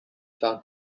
found